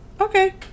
Okay